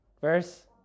verse